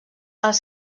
els